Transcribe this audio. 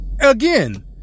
again